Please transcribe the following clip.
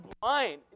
blind